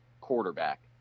quarterback